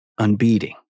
unbeating